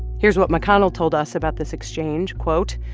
here's what mcconnell told us about this exchange quote,